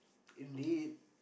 indeed